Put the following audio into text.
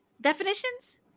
definitions